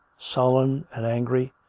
sullen and angry,